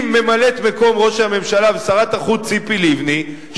ממלאת-מקום ראש הממשלה ושרת החוץ ציפי לבני,